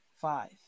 five